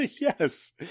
Yes